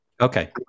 Okay